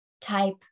type